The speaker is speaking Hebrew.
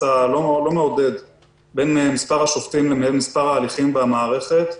הלא מעודד בין מספר השופטים למספר ההליכים במערכת.